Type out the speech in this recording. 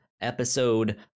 episode